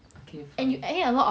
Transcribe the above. and you add in a lot of